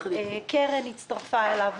קרן חברתי הצטרפה אליו,